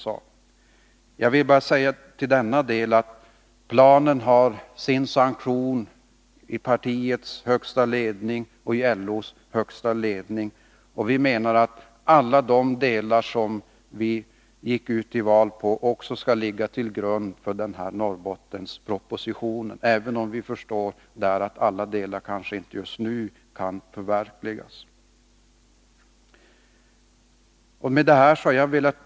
Men jag skall inskränka mig till att säga att både partiets och LO:s högsta ledning har gett planen sin sanktion. Vi menar att allt som vi lovade när vi gick till val skall ligga till grund för Norrbottenspropositionen, även om vi förstår att den just nu kanske inte kan förverkligas i alla delar.